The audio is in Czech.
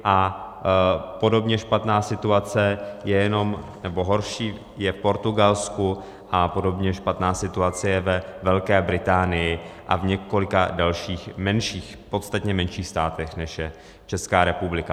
A podobně špatná situace nebo horší je v Portugalsku a podobně špatná situace je ve Velké Británii a v několika dalších, podstatně menších státech, než je Česká republika.